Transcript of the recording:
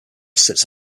sits